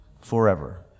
forever